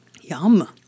Yum